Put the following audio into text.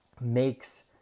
makes